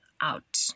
out